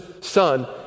son